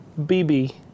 BB